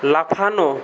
লাফানো